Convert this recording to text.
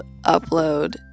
upload